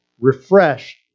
refreshed